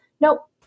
Nope